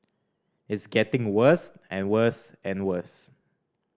it's getting worse and worse and worse